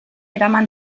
eraman